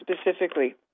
specifically